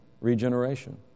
regeneration